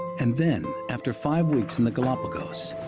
and then, after five weeks in the galapagos,